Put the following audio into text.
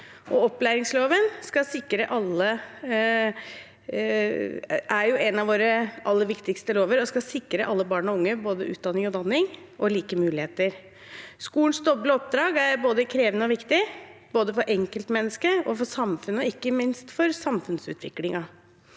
Opplæringsloven er en av våre aller viktigste lover og skal sikre alle barn og unge både utdanning, danning og like muligheter. Skolens doble oppdrag er både krevende og viktig, både for en keltmennesket, for samfunnet og ikke minst for samfunnsutviklingen.